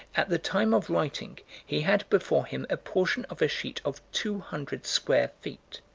at the time of writing, he had before him a portion of a sheet of two hundred square feet,